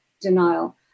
denial